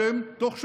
ואתם, תוך שבועות,